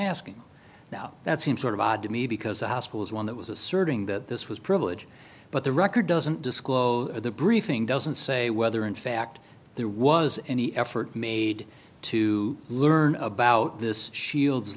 asking now that seems sort of odd to me because the hospital's one that was asserting that this was privilege but the record doesn't disclose the briefing doesn't say whether in fact there was any effort made to learn about this shields